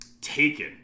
Taken